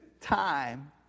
time